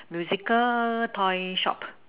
musical toy shop